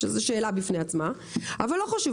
שזו שאלה בפני עצמה אבל לא חשוב,